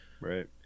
Right